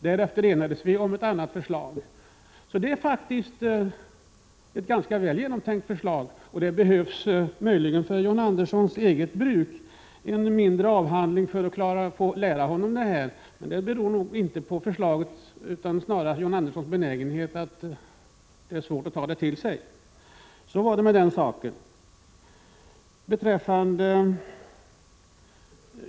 Därefter enades vi om ett annat förslag. Det är faktiskt ett ganska väl genomtänkt förslag. Möjligen behövs för John Anderssons eget bruk en mindre avhandling för att lära honom det här, men det beror nog inte på förslaget som sådant utan snarare på John Anderssons svårighet att ta det till sig. Så var det med den saken.